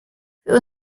für